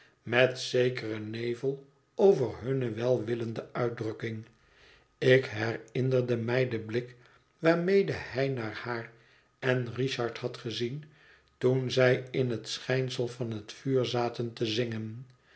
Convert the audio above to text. met zekeren nevel over hunne welwillende uitdrukking ik herinnerde mij den blik waarmede hij naar haar en richard had gezien toen zij in het schijnsel van het vuur zaten te zingen